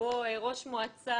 שבו ראש מועצת